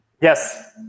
Yes